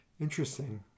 interesting